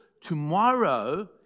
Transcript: Tomorrow